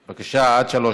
בבקשה, עד שלוש